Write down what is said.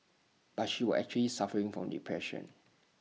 but she were actually suffering from depression